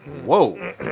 Whoa